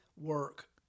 work